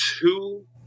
two